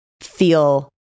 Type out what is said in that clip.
feel